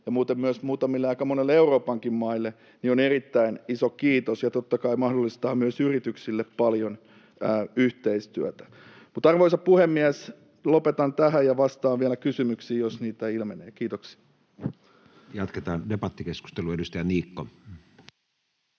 ja muuten myös muutamille, aika monille Euroopankin maille, on erittäin iso kiitos ja totta kai mahdollistaa myös yrityksille paljon yhteistyötä. Arvoisa puhemies! Lopetan tähän, ja vastaan vielä kysymyksiin, jos niitä ilmenee. — Kiitoksia. [Speech 177] Speaker: Matti